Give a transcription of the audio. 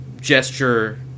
gesture